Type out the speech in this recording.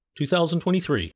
2023